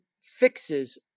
fixes